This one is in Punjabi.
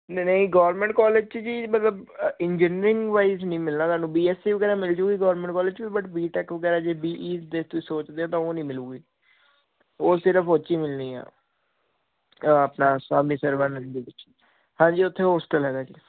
ਨਹੀਂ ਨਹੀਂ ਗੌਰਮੈਂਟ ਕਾਲਜ 'ਚ ਚੀਜ਼ ਮਤਲਬ ਇੰਜੀਨੀਅਰਿੰਗ ਵਾਈਜ ਨਹੀਂ ਮਿਲਣਾ ਤੁਹਾਨੂੰ ਬੀ ਐਸ ਸੀ ਵਗੈਰਾ